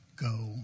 go